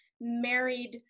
married